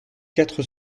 quatre